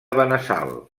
benassal